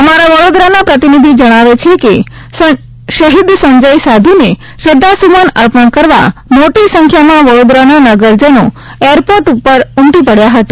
અમારા વડોદરાના પ્રતિનિધિ જણાવે છે કે શહીદ સંજય સાધુને શ્રદ્વા સુમન અર્પણ કરવા મોટી સંખ્યામાં વડોદરાના નગર જનો એરપોર્ટ પર ઉમટી પડયા હતા